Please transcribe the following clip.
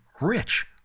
rich